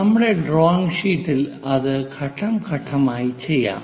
നമ്മുടെ ഡ്രോയിംഗ് ഷീറ്റിൽ അത് ഘട്ടം ഘട്ടമായി ചെയ്യാം